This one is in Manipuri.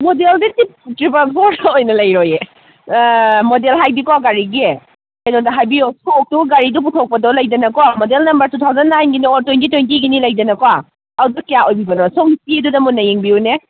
ꯃꯣꯗꯦꯜꯗꯤ ꯇ꯭ꯔꯤꯄꯜ ꯐꯣꯔ ꯑꯣꯏꯅ ꯂꯩꯔꯣꯏꯌꯦ ꯃꯣꯗꯦꯜ ꯍꯥꯏꯗꯤꯀꯣ ꯒꯥꯔꯤꯒꯤ ꯀꯩꯅꯣꯗ ꯍꯥꯏꯕꯤꯌꯣ ꯁꯣꯛꯇꯣ ꯒꯥꯔꯤꯗꯣ ꯄꯨꯊꯣꯛꯄꯗꯣ ꯂꯩꯗꯅꯀꯣ ꯃꯣꯗꯦꯜ ꯅꯝꯕꯔ ꯇꯨ ꯊꯥꯎꯖꯟ ꯅꯥꯏꯟꯒꯤꯅꯤ ꯑꯣꯔ ꯇ꯭ꯋꯦꯟꯇꯤ ꯇ꯭ꯋꯦꯟꯇꯤꯒꯤꯅꯤ ꯂꯩꯗꯅꯀꯣ ꯑꯗꯨ ꯀꯌꯥ ꯑꯣꯏꯕꯤꯕꯅꯣ ꯁꯣꯝ ꯆꯦꯗꯨꯗ ꯃꯨꯟꯅ ꯌꯦꯡꯕꯤꯌꯨꯅꯦ